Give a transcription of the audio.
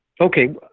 okay